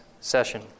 session